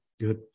Good